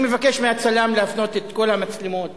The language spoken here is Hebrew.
אני מבקש מהצלם להפנות את כל המצלמות